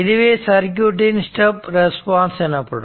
இதுவே சர்க்யூட் இன் step response எனப்படும்